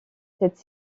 cette